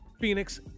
Phoenix